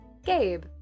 Gabe